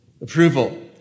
Approval